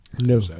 no